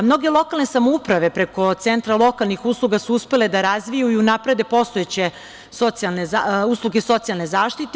Mnoge lokalne samouprave preko centra lokalnih usluga su uspele da razviju i unaprede postojeće usluge socijalne zaštite.